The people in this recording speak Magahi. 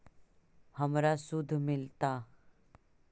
हमरा शुद्ध मिलता?